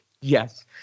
Yes